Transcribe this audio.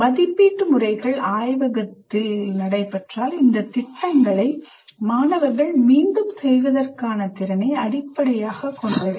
மதிப்பீட்டு முறைகள் ஆய்வகத்தில் இந்த திட்டங்களை மாணவர்கள் மீண்டும் செய்வதற்கான திறனை அடிப்படையாகக் கொண்டவை